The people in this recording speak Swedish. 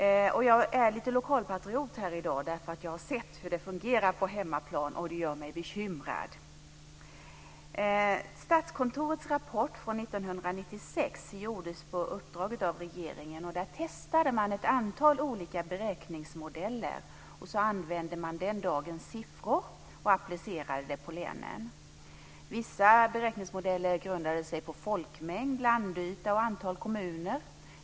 Jag är lite lokalpatriot här i dag. Jag har sett hur det fungerar på hemmaplan, och det gör mig bekymrad. Statskontorets rapport från 1996 gjordes på uppdrag av regeringen. Där testade man ett antal olika beräkningsmodeller. Så använde man den tidens siffror och applicerade dem på länen. Vissa beräkningsmodeller grundade sig på folkmängd, landyta och antal kommuner.